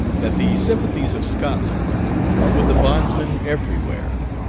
that the sympathies of scotland are with the bondsman everywhere.